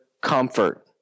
comfort